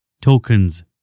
tokens